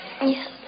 Yes